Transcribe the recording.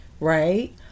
right